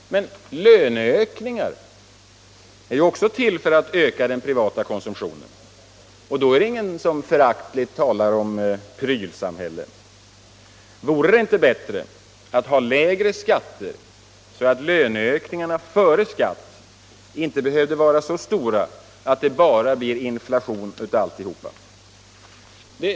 Men löneökningar är ju också till för att öka den privata konsumtionen, och då är det ingen som föraktfullt talar om ”prylsamhälle”. Vore det inte bättre att ha lägre skatter så att löneökningarna före skatt inte behövde vara så stora att det bara blir inflation av alltihopa?